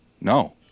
no